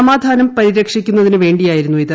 സമാധാനം പരിരക്ഷിക്കുന്നതിനുവേണ്ടിയായിരുന്നു ഇത്